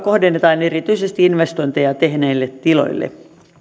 kohdennetaan erityisesti investointeja tehneille tiloille